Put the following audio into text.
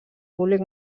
públic